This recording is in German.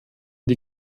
die